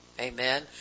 Amen